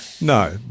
No